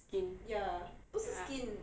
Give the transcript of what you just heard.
skin ya